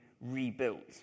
rebuilt